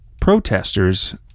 protesters